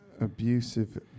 Abusive